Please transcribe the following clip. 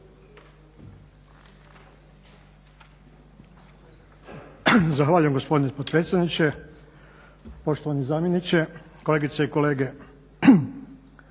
Zahvaljujem gospodine potpredsjedniče. Poštovani zamjeniče, kolegice i kolege.